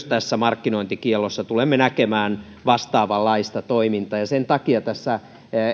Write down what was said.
tässä markkinointikiellossa tulemme näkemään vastaavanlaista toimintaa sen takia tässä